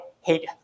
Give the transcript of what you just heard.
hate